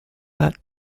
that